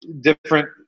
different